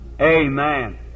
Amen